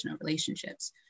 relationships